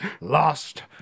lost